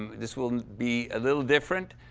this will be a little different.